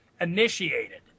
initiated